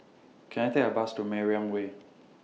Can I Take A Bus to Mariam Way